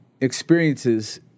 experiences